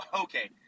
Okay